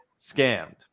scammed